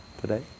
today